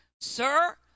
Sir